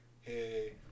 Hey